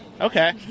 Okay